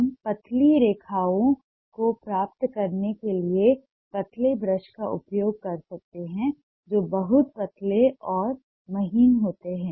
हम पतली रेखाओं को प्राप्त करने के लिए पतले ब्रश का उपयोग कर सकते हैं जो बहुत पतले और महीन होते हैं